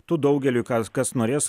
tu daugeliui ką kas norės